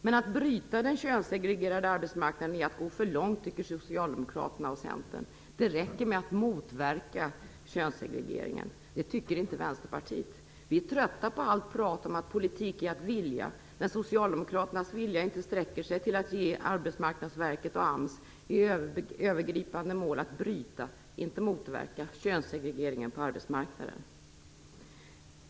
Men att bryta den könssegregerade arbetsmarknaden är att gå för långt, tycker Socialdemokraterna och Centern. Det räcker med att motverka könssegregeringen. Det tycker inte Vänsterpartiet. Vi är trötta på allt prat om att politik är att vilja när Socialdemokraternas vilja inte sträcker sig till att ge Arbetsmarknadsverket och AMS i övergripande mål att bryta - inte motverka - könssegregeringen på arbetsmarknaden.